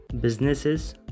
businesses